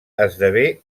esdevé